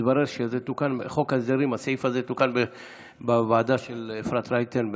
התברר שבחוק ההסדרים הסעיף הזה תוקן בוועדה של אפרת רייטן,